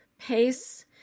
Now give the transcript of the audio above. pace